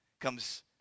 comes